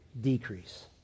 Decrease